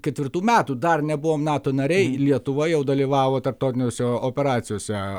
ketvirtų metų dar nebuvom nato nariai lietuva jau dalyvavo tarptautinėse operacijose